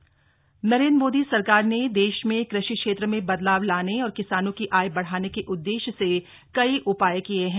कृषि बिल प्रावधान नरेंद्र मोदी सरकार ने देश में कृषि क्षेत्र में बदलाव लाने और किसानों की आय बढ़ाने के उद्देश्य से कई उपाय किए हैं